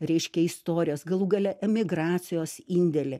reiškia istorijos galų gale emigracijos indėlį